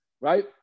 right